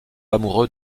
amoureux